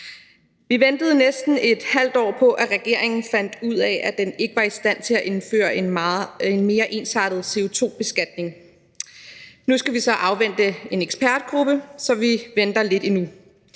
Vi ventede næsten et halvt år på, at regeringen fandt ud af, at den ikke var i stand til at indføre en mere ensartet CO2-beskatning. Nu skal vi så afvente en ekspertgruppe, så vi venter lidt endnu.